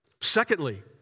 Secondly